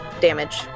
damage